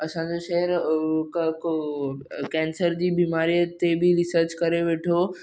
असांजे शहर क क कैन्सर जी बीमारी ते बि रीसर्च करे वेठो